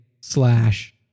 slash